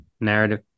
narrative